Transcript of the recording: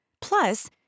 Plus